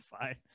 fine